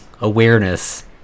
awareness